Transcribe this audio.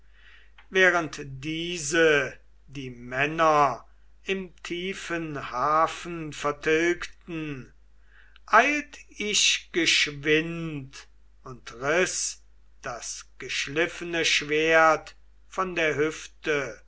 während diese die männer im tiefen hafen vertilgten eilt ich geschwind und riß das geschliffene schwert von der hüfte